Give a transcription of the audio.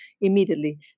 immediately